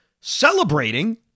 celebrating